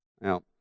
Now